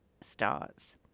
starts